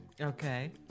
Okay